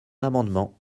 amendement